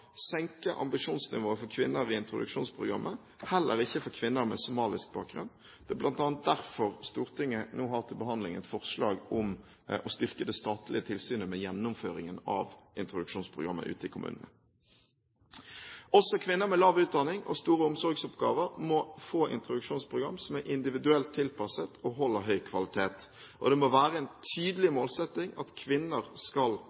senke ambisjonsnivået for kvinner i introduksjonsprogrammet, heller ikke for kvinner med somalisk bakgrunn. Det er bl.a. derfor Stortinget nå har til behandling et forslag om å styrke det statlige tilsynet med gjennomføringen av introduksjonsprogrammet ute i kommunene. Også kvinner med lav utdanning og store omsorgsoppgaver må få introduksjonsprogram som er individuelt tilpasset og holder høy kvalitet, og det må være en tydelig målsetting at kvinner skal